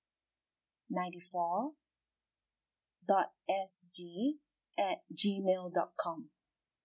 ninety four dot S G at G mail dot com